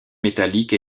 métallique